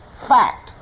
fact